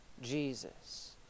Jesus